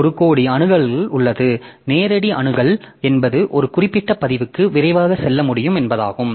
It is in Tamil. ஒரு நேரடி அணுகல் உள்ளது நேரடி அணுகல் என்பது ஒரு குறிப்பிட்ட பதிவுக்கு விரைவாக செல்ல முடியும் என்பதாகும்